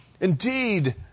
indeed